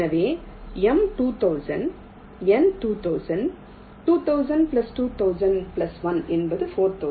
எனவே M 2000 N 2000 2000 2000 1 என்பது 4001